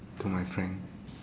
to my friend